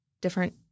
different